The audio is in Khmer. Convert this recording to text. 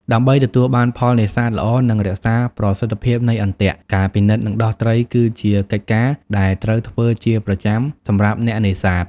ដើម្បីទទួលបានផលនេសាទល្អ និងរក្សាប្រសិទ្ធភាពនៃអន្ទាក់ ការពិនិត្យនិងដោះត្រីគឺជាកិច្ចការដែលត្រូវធ្វើជាប្រចាំសម្រាប់អ្នកនេសាទ។